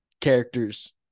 characters